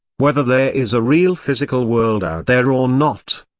whether there is a real physical world out there or not.